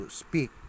speak